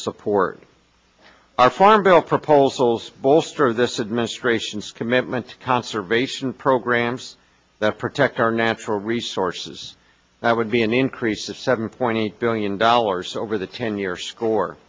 support our farm bill proposals bolster this administration's commitment to conservation programs that protect our natural resources that would be an increase of seven point eight billion dollars over the ten year score